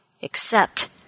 Except